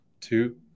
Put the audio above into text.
two